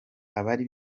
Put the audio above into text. abari